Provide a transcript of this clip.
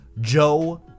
joe